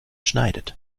schneidet